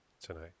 tonight